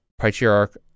Patriarch